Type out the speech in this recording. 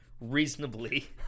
Reasonably